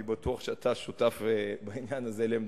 אני בטוח שאתה שותף בעניין הזה לעמדתי,